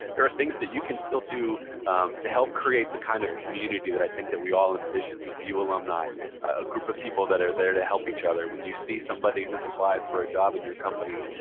there are things that you can still do to help create the kind of community that i think that we all envision for bu alumni. a group of people that are there to help each other. when you see somebody who's applied for a job in your company,